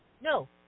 No